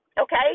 Okay